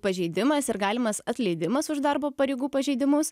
pažeidimas ir galimas atleidimas už darbo pareigų pažeidimus